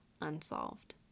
unsolved